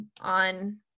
on